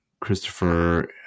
Christopher